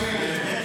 שהוא אחראי להם.